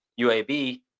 UAB